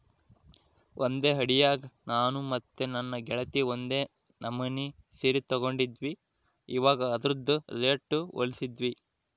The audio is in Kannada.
ಒಂದೇ ಅಂಡಿಯಾಗ ನಾನು ಮತ್ತೆ ನನ್ನ ಗೆಳತಿ ಒಂದೇ ನಮನೆ ಸೀರೆ ತಗಂಡಿದ್ವಿ, ಇವಗ ಅದ್ರುದು ರೇಟು ಹೋಲಿಸ್ತಿದ್ವಿ